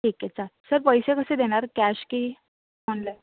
ठीक आहे चा सर पैसे कसे देणार कॅश की ऑनलाइ